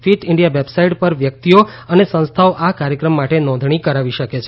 fit India website પર વ્યક્તિઓ અને સંસ્થાઓ આ કાર્યક્રમ માટે નોંધણી કરાવી શકે છે